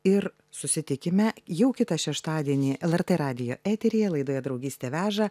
ir susitikime jau kitą šeštadienį lrt radijo eteryje laidoje draugystė veža